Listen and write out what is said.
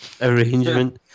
arrangement